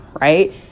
right